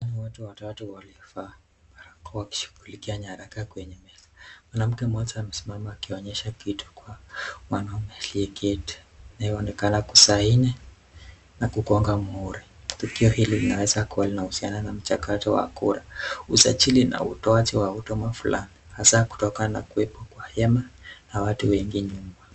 Ni watu watatu waliovaa barakoa wakishughulikia nyaraka kwenye meza. Mwanamke mmoja amesimama akionyesha kitu kwa mwanaume aliyeketi anayeonekana kusigni na kugonga muhusi. Tukio hili linaweza kuwa linahusiana na mchakato wa kura usajili na utoaji wa huduma fulani hasa kutokana na kuwepo kwa hema na watu wengi nyuma.